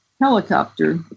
helicopter